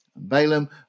Balaam